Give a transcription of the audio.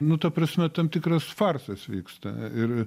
nu ta prasme tam tikras farsas vyksta ir